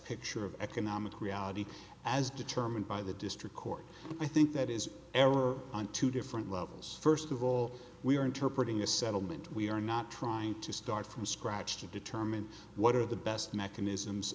picture of economic reality as determined by the district court i think that is ever on two different levels first of all we are interpret ing a settlement we are not trying to start from scratch to determine what are the best mechanisms